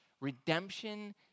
Redemption